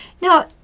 Now